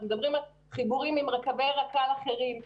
מדברים על חיבורים עם קווי רכבת קלה אחרים,